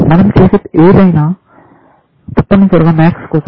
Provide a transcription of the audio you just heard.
మనం చేసే ఏదైనా తప్పనిసరిగా MAX కోసం